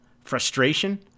frustration